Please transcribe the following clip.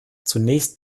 zunächst